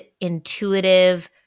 intuitive